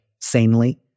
sanely